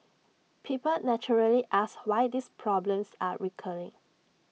people naturally ask why these problems are recurring